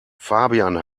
fabian